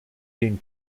den